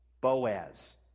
Boaz